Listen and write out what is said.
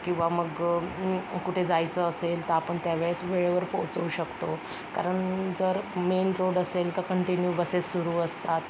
किंवा मग कुठे जायचं असेल तर आपण त्यावेळेस वेळेवर पोचवू शकतो कारण जर मेन रोड असेल तर कंटिन्यू बसेस सुरू असतात